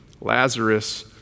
Lazarus